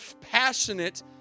passionate